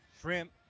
shrimp